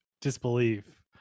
disbelief